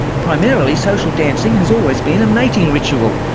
primarily social dancing has always been a mating ritual,